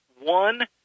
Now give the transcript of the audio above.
one